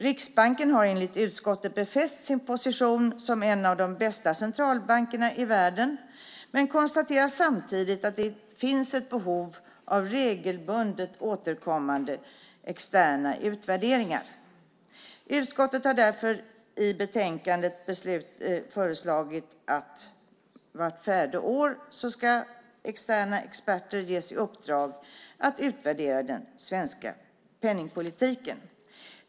Riksbanken har enligt utskottet befäst sin position som en av de bästa centralbankerna i världen, men utskottet konstaterar samtidigt att det finns ett behov av regelbundet återkommande externa utvärderingar. Utskottet har därför i betänkandet föreslagit att externa experter vart fjärde år ska ges i uppdrag att utvärdera den svenska penningpolitiken.